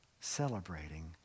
celebrating